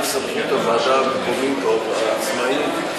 סמכות הוועדה המקומית או העצמאית.